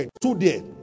today